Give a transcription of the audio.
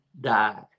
die